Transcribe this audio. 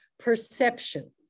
perception